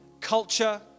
culture